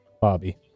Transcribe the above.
Bobby